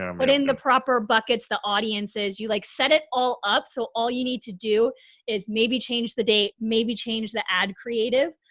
um but in the proper buckets, the audiences you like set it all up. so all you need to do is maybe change the date, maybe change the ad creative,